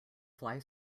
fly